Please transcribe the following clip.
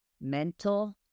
mental